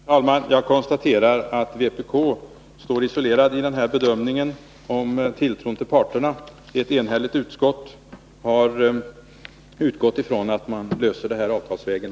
Herr talman! Jag konstaterar att vpk står isolerat i denna bedömning av tilltron till parterna. Ett enhälligt utskott har utgått ifrån att man löser detta avtalsvägen.